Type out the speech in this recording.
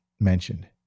mentioned